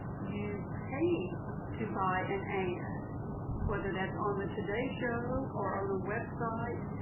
you pay to buy an ad whether that's on the today show, or on a website,